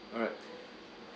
alright